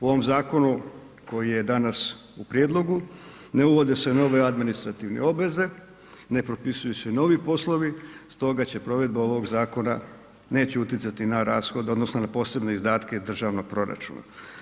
U ovom zakonu koji je danas u prijedlogu ne uvode se nove administrativne obveze, ne propisuju se novi poslovi, stoga će provedba ovog zakona, neće utjecati na rashod odnosno na posebne izdatke državnog proračuna.